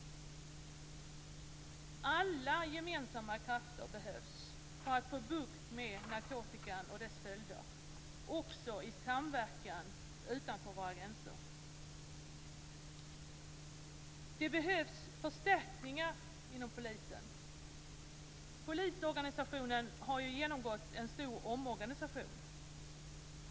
Alla gemensamma krafter behövs för att få bukt med narkotikan och dess följder, också i samverkan utanför våra gränser. Det behövs förstärkningar inom polisen. Polisorganisationen har genomgått en stor omorganisation.